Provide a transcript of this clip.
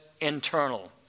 internal